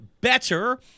better